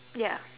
ya